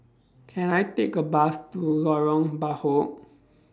Can I Take A Bus to Lorong Bachok